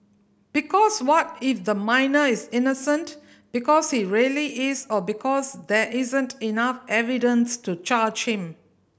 because what if the minor is innocent because he really is or because there isn't enough evidence to charge him